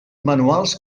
manuals